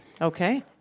Okay